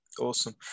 Awesome